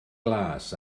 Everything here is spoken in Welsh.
glas